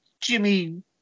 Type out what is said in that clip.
Jimmy